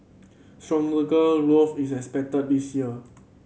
growth is expected this year